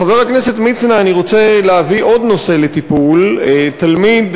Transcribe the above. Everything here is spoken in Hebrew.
לחבר הכנסת מצנע אני רוצה להביא עוד נושא לטיפול: תלמיד